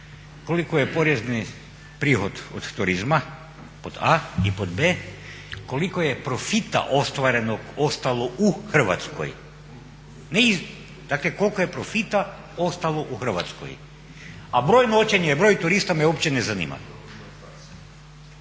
koliko je porezni prihod od turizma pod a) i pod b) koliko je profita ostvarenog ostalo u Hrvatskoj, dakle koliko je profita ostalo u Hrvatskoj. A broj noćenja i broj turista me uopće ne zanima.